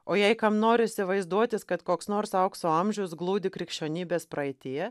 o jei kam norisi vaizduotis kad koks nors aukso amžius glūdi krikščionybės praeityje